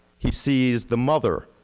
he sees the mother,